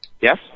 Yes